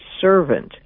servant